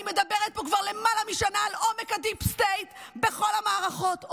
אני מדברת פה כבר למעלה משנה על עומק הדיפ-סטייט בכל המערכות.